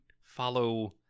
follow